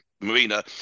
marina